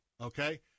okay